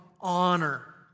honor